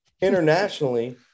internationally